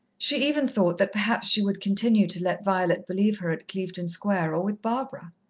she even thought that perhaps she would continue to let violet believe her at clevedon square or with barbara.